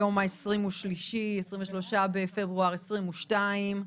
היום ה-23 בפברואר 2022,